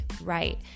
right